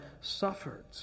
suffered